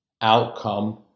outcome